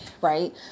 right